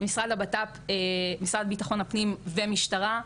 משרד ביטחון הפנים והמשטרה,